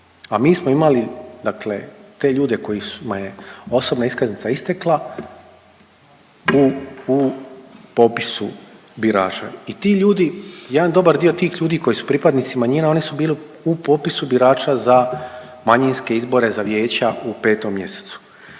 A mi smo imali dakle te ljude kojima je osobna iskaznica istekla u popisu birača. I ti ljudi, jedan dobar dio tih ljudi koji su pripadnici manjina, oni su bili u popisu birača za manjinske izbore za vijeća u 5. mjesecu.